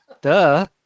Duh